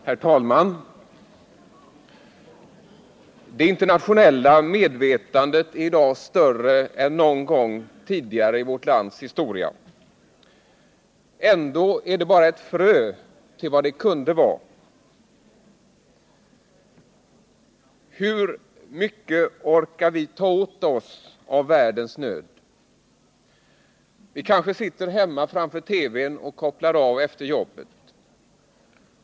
Herr talman! Det internationella medvetandet är i dag större än någon gång tidigare i vårt lands historia. Ändå är det bara ett frö till vad det kunde vara. Hur mycket orkar vi ta åt oss av världens nöd? Vi kanske sitter där hemma framför TV-n och kopplar av efter jobbet.